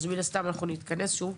אז מן הסתם נתכנס שוב.